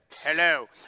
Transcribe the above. Hello